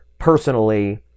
personally